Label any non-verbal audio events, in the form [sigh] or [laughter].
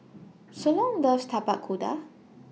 [noise] Solon loves Tapak Kuda